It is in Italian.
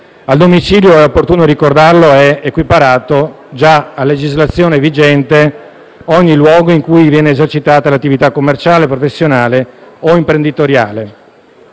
Al domicilio - è opportuno ricordarlo - è equiparato già, a legislazione vigente, ogni luogo in cui viene esercitata l'attività commerciale, professionale o imprenditoriale.